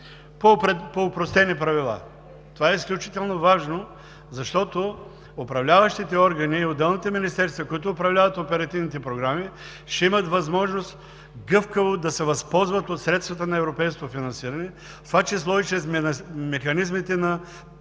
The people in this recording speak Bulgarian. по опростени правила. Това е изключително важно, защото управляващите органи и отделните министерства, които управляват оперативните програми, ще имат възможност гъвкаво да се възползват от средствата на европейското финансиране, в това число и чрез механизмите на